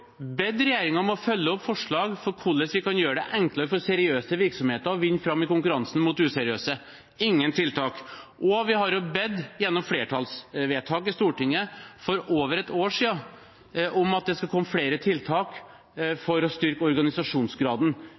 bedt regjeringen om å følge opp forslag for hvordan vi kan gjøre det enklere for seriøse virksomheter å vinne fram i konkurransen mot useriøse – ingen tiltak. Vi har også, gjennom flertallsvedtak i Stortinget for over et år siden, bedt om at det skal komme flere tiltak for å styrke organisasjonsgraden.